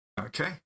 Okay